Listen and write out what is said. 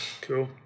Cool